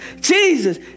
Jesus